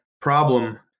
problem